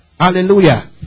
Hallelujah